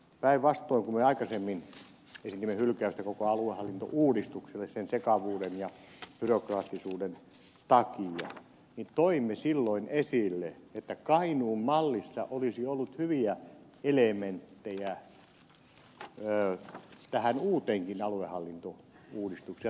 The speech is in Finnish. päinvastoin kun me aikaisemmin esitimme hylkäystä koko aluehallintouudistukselle sen sekavuuden ja byrokraattisuuden takia toimme silloin esille että kainuun mallissa olisi ollut hyviä elementtejä tähän uuteenkin aluehallintouudistukseen